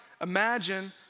imagine